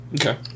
Okay